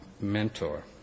mentor